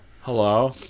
Hello